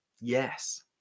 Yes